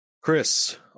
Chris